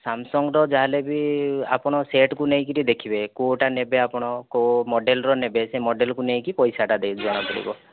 Samsung ତ ଯାହାହେଲେ ବି ଆପଣ ସେଟ୍କୁ ନେଇକି ଦେଖିବେ କେଉଁଟା ନେବେ ଆପଣ କେଉଁ ମଡ଼େଲ୍ର ନେବେ ସେ ମଡ଼େଲ୍କୁ ନେଇକି ପଇସାଟା ଜଣା ପଡ଼ିବ